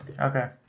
Okay